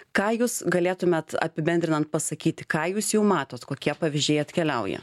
ką jūs galėtumėt apibendrinant pasakyti ką jūs jau matot kokie pavyzdžiai atkeliauja